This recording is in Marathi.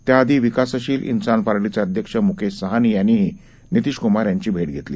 त्याआधी विकासशील इन्सान पार्टीचे अध्यक्ष मुकेश सहानी यांनीही नितिश कुमार यांची भेट घेतली